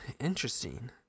Interesting